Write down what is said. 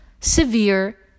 severe